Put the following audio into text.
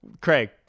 Craig